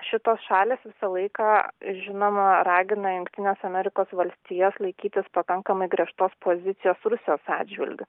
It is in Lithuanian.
šitos šalys visą laiką žinoma ragina jungtines amerikos valstijos laikytis pakankamai griežtos pozicijos rusijos atžvilgiu